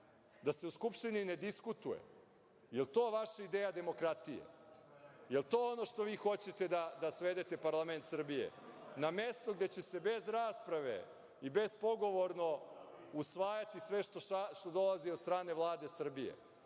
da se u Skupštini ne diskutuje? Da li je to vaša ideja demokratije? Da li je to ono što vi hoćete da svedete parlament Srbije, na mesto gde će se bez rasprave i bespogovorno usvajati sve što dolazi od strane Vlade Srbije,